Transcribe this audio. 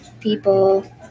people